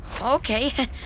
Okay